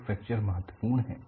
तो फ्रैक्चर महत्वपूर्ण है